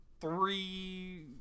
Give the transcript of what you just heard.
three